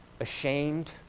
ashamed